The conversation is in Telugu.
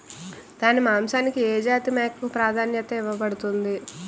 దాని మాంసానికి ఏ జాతి మేకకు ప్రాధాన్యత ఇవ్వబడుతుంది?